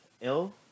ill